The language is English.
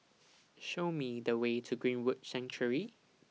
Show Me The Way to Greenwood Sanctuary